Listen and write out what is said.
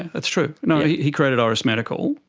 it's true, you know yeah he created iris medical,